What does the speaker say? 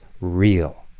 real